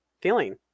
feeling